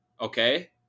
okay